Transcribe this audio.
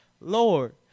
Lord